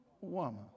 woman